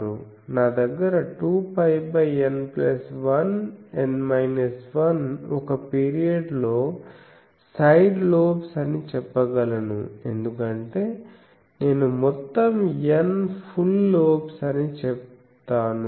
నా దగ్గర 2πN1 ఒక పీరియడ్లో సైడ్ లోబ్స్ అని చెప్పగలను ఎందుకంటే నేను మొత్తం N ఫుల్ లోబ్స్ అని చెప్తాను